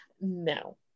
No